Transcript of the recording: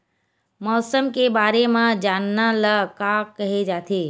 मौसम के बारे म जानना ल का कहे जाथे?